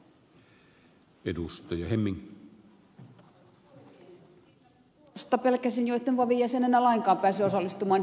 teidän puolestanne pelkäsin jo etten vavn jäsenenä lainkaan pääse osallistumaan debattiin